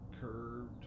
curved